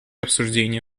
обсуждения